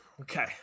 okay